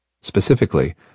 Specifically